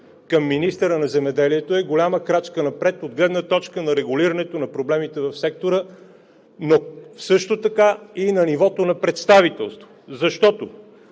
към министъра на земеделието е голяма крачка напред от гледна точка на регулирането на проблемите в сектора, но също така и на нивото представителство. Защото